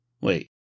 Wait